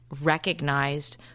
recognized